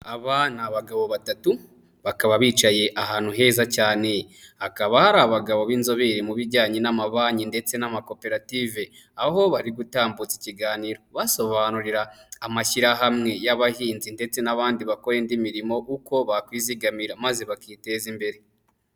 Aba ni abagabo batatu, bakaba bicaye ahantu heza cyane, hakaba hari abagabo b'inzobere mu bijyanye n'amabanki ndetse n'amakoperative, aho bari gutambutsa ikiganiro basobanurira amashyirahamwe y'abahinzi ndetse n'abandi bakora indi mirimo uko bakwizigamira, maze bakiteza imbere.